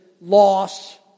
loss